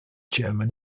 chairman